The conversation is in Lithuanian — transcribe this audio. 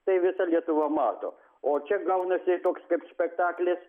tai visa lietuva mato o čia gaunasi toks spektaklis